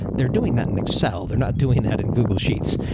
they're doing that in excel. they're not doing that in google sheets.